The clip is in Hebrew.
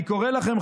אני קורא לכם,